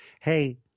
Hey